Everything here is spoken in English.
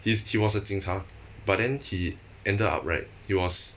he's he was a 警察 but then he ended up right he was